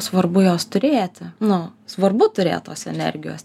svarbu jos turėti nu svarbu turėt tos energijos